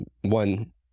one